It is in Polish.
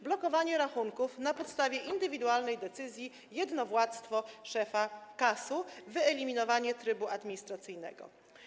Blokowanie rachunków na podstawie indywidualnej decyzji, jednowładztwo szefa KAS-u, wyeliminowanie trybu administracyjnego.